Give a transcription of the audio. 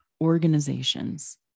organizations